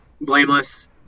blameless